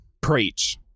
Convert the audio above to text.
preach